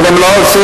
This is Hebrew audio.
אבל אם לא עושים,